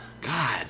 God